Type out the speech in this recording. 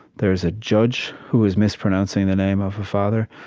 there is a judge, who is mispronouncing the name of her father.